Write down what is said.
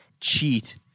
cheat